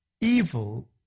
Evil